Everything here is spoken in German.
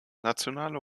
nationale